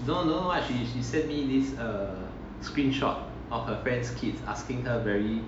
maybe I yeah lor